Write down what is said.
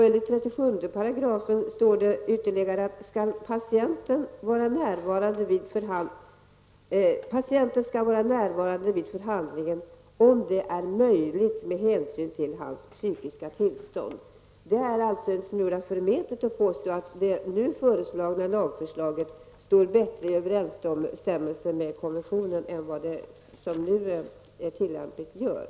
Enligt 37 § står ytterligare att: Patienten skall vara närvarande vid förhandlingen, om det är möjligt med hänsyn till hans psykiska tillstånd. Det är alltså en smula förmätet att påstå att det nu föreliggande lagförslaget står bättre i överensstämmelse med konventionen än det nu tillämpliga gör.